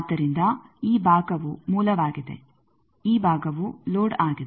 ಆದ್ದರಿಂದ ಈ ಭಾಗವು ಮೂಲವಾಗಿದೆ ಈ ಭಾಗವು ಲೋಡ್ ಆಗಿದೆ